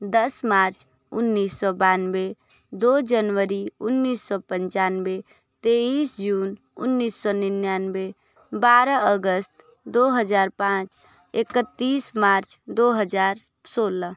दस मार्च उन्नीस सौ बानबे दो जनवरी उन्नीस सौ पंचानबे तेईस जून उन्नीस सौ निन्यानबे बारह अगस्त दो हजार पाँच इक्कतीस मार्च दो हजार सोलह